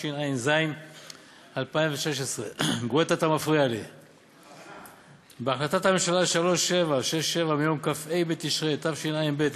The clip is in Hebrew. התשע"ז 2016. בהחלטת הממשלה מס' 3767 מיום כ"ה בתשרי התשע"ב,